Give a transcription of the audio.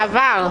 זה עבר.